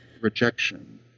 rejection